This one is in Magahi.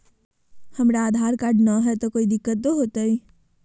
हमरा आधार कार्ड न हय, तो कोइ दिकतो हो तय?